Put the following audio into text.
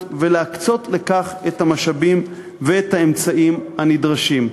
ולהקצות לכך את המשאבים ואת האמצעים הנדרשים.